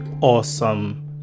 awesome